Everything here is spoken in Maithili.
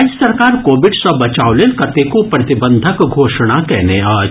राज्य सरकार कोविड सँ बचाव लेल कतेको प्रतिबंधक घोषणा कयने अछि